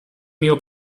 mio